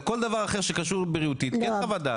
כל דבר אחר שקשור בריאותית כן חוות דעת.